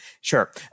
Sure